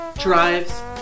drives